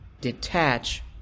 detach